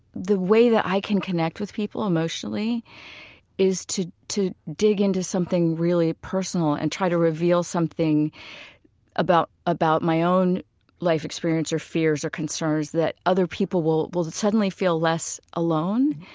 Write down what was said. the way that i can connect with people emotionally is to to dig into something really personal and try to reveal something about about my own life experience or fears or concerns that other people will will suddenly feel less alone.